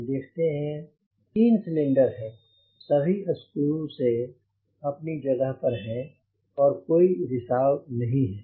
हम देखते हैं तीन सिलेंडर हैं सभी स्क्रू अपनी जगह पर हैं और कोई रिसाव नहीं है